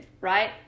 right